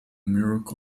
miracle